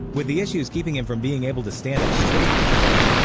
with the issues keeping him from being able to stand up straight for too long.